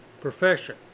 profession